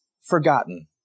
forgotten